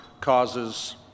causes